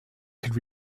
could